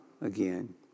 again